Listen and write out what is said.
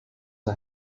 are